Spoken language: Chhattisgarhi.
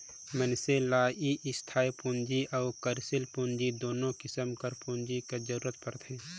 मइनसे मन ल इस्थाई पूंजी अउ कारयसील पूंजी दुनो किसिम कर पूंजी कर जरूरत परथे